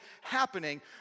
happening